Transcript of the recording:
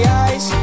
eyes